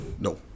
no